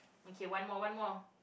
okay one more one more